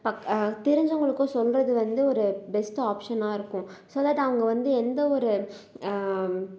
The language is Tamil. பக்க தெரிஞ்சவங்களுக்கு சொல்கிறது வந்து ஒரு பெஸ்ட் ஆப்ஷனாக இருக்கும் ஸோ தட் அவங்க வந்து எந்த ஒரு